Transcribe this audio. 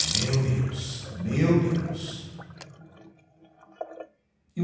meu deus meu deus